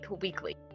Weekly